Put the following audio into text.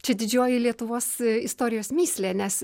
čia didžioji lietuvos istorijos mįslė nes